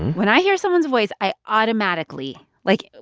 when i hear someone's voice, i automatically like,